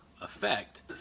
effect